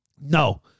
No